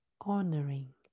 honoring